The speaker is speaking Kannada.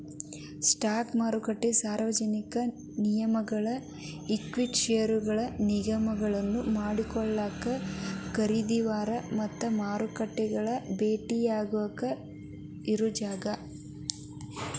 ಸ್ಟಾಕ್ ಮಾರುಕಟ್ಟೆ ಸಾರ್ವಜನಿಕ ನಿಗಮಗಳ ಈಕ್ವಿಟಿ ಷೇರುಗಳನ್ನ ವಿನಿಮಯ ಮಾಡಿಕೊಳ್ಳಾಕ ಖರೇದಿದಾರ ಮತ್ತ ಮಾರಾಟಗಾರ ಭೆಟ್ಟಿಯಾಗೊ ಜಾಗ